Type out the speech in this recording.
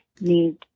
need